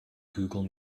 google